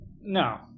No